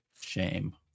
Shame